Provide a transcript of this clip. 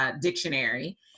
dictionary